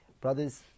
Brothers